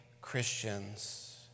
Christians